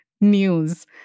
news